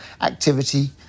activity